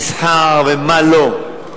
למסחר ומה לא.